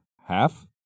Half